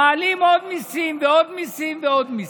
מעלים עוד מיסים ועוד מיסים ועוד מיסים.